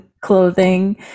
clothing